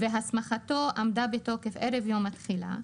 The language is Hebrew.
והסמכתו עמדה בתוקף ערב יום התחילה,